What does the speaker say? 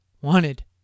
wanted